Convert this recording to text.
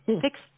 fix